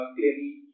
Clearly